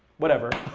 whatever